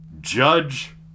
Judge